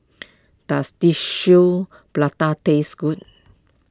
does Tissue Prata taste good